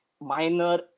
minor